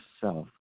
self